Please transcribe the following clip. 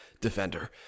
defender